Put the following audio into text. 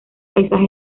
paisaje